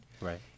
right